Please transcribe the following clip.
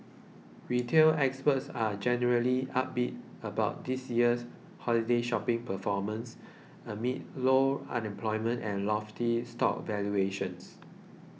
retail experts are generally upbeat about this year's holiday shopping performance amid low unemployment and lofty stock valuations